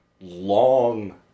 long